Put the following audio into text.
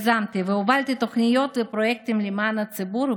יזמתי והובלתי תוכניות ופרויקטים למען הציבור,